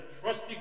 trusty